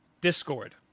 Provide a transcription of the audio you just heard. Discord